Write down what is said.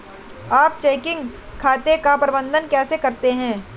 आप चेकिंग खाते का प्रबंधन कैसे करते हैं?